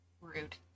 Rude